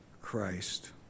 Christ